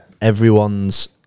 Everyone's